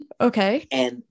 Okay